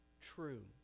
True